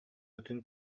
атын